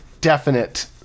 definite